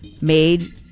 made